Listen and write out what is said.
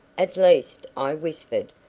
at least, i whispered,